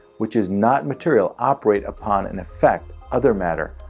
which is not material, operate upon and effect other matter,